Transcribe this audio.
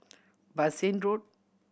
Bassein Road